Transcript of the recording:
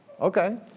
okay